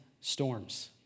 storms